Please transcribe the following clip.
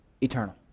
eternal